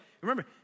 remember